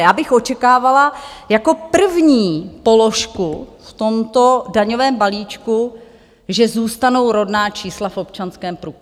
Já bych očekávala jako první položku v tomto daňovém balíčku, že zůstanou rodná čísla v občanském průkaze.